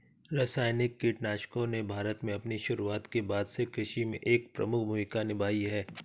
रासायनिक कीटनाशकों ने भारत में अपनी शुरूआत के बाद से कृषि में एक प्रमुख भूमिका निभाई हैं